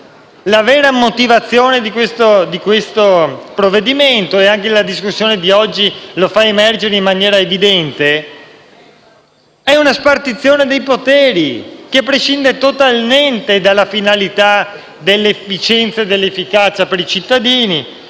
la vera motivazione di questo provvedimento - e anche la discussione odierna lo fa emergere in maniera evidente - è una spartizione dei poteri che prescinde totalmente dalla finalità dell'efficienza e dell'efficacia per i cittadini,